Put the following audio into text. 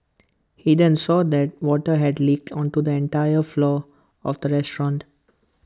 he then saw that water had leaked onto the entire floor of the restaurant